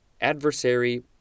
adversary